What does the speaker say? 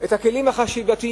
את הכלים החשיבתיים,